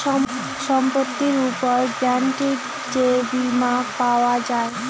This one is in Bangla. সম্পত্তির উপর গ্যারান্টিড যে বীমা পাওয়া যায়